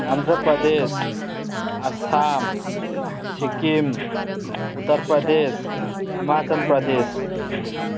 Andhra Pradesh Assam Sikkim Uttar Pradesh Himachal Pradesh